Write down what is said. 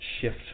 shift